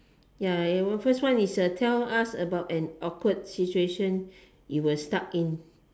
ya first one is uh tell us about an awkward situation you were stuck in